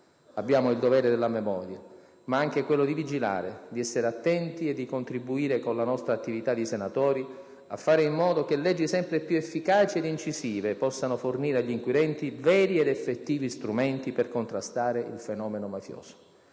Abbiamo il dovere della memoria, ma anche quello di vigilare, di essere attenti e di contribuire con la nostra attività di senatori a fare in modo che leggi sempre più efficaci e incisive possano fornire agli inquirenti veri ed effettivi strumenti per contrastare il fenomeno mafioso.